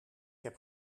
heb